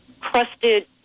crusted